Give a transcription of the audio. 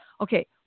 Okay